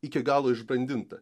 iki galo išbrandinta